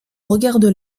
regarde